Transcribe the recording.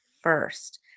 first